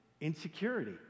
insecurity